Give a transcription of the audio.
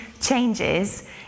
changes